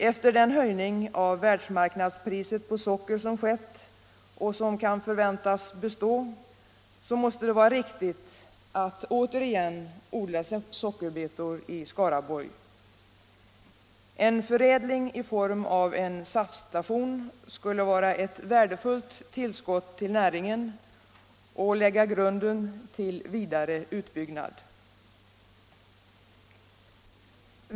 Efter den höjning av världsmarknadspriset på socker som skett och som kan förväntas bestå måste det vara riktigt att återigen odla sockerbetor i Skaraborg. En förädling i form av en saftstation skulle vara ett värdefullt tillskott till näringen och lägga grunden till vidare utbyggnad.